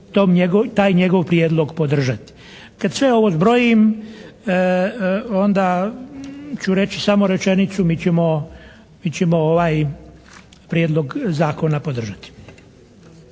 taj njegov prijedlog podržati. Kad sve ovo zbrojim onda ću reći samo rečenicu mi ćemo, mi ćemo ovaj Prijedlog zakona podržati.